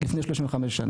לפני 35 שנה.